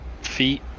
feet